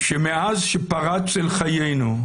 שמאז שפרץ אל חיינו,